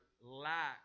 lack